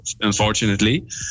Unfortunately